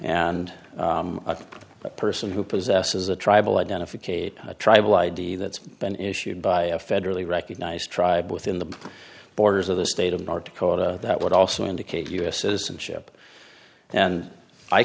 and a person who possesses a tribal identification a tribal id that's been issued by a federally recognized tribes within the borders of the state of north dakota that would also indicate u s citizenship and i